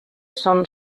són